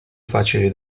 facili